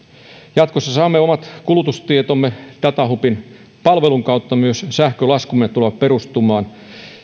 jatkossa saamme omat kulutustietomme datahubin palvelun kautta myös sähkölaskumme tulevat perustumaan